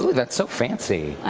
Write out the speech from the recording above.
that's so fancy. i